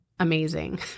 Amazing